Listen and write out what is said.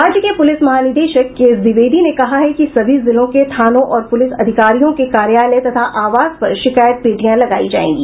राज्य के पुलिस महानिदेशक के एस द्विवेदी ने कहा है कि सभी जिलों के थानों और पुलिस अधिकारियों के कार्यालय तथा आवास पर शिकायत पेटियां लगायी जायेगी